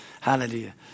hallelujah